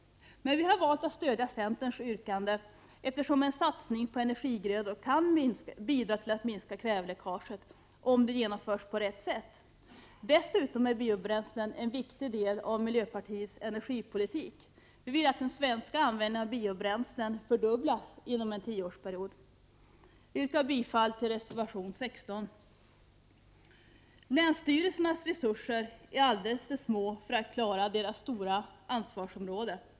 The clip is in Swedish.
Vi har valt att stödja centerns yrkande, eftersom en satsning på energigrödor kan bidra till att minska kväveläckaget, om denna satsning genomförs på rätt sätt. Dessutom är biobränslen en viktig del av miljöpartiets energipolitik. Vi vill att den svenska användningen av Prot. 1988/89:44 biobränslen fördubblas inom en tioårsperiod. 13 december 1988 Jag yrkar bifall till reservation 15. Länsstyrelsernas resurser är alldeles för små i förhållande till deras stora ansvarsområde.